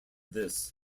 this